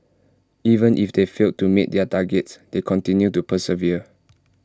even if they failed to meet their targets they continue to persevere